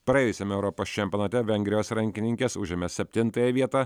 praėjusiame europos čempionate vengrijos rankininkės užėmė septintąją vietą